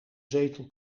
zetel